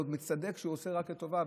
והוא עוד מצטדק שהוא עושה רק לטובה.